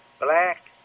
Black